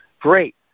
Great